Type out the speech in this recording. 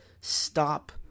stop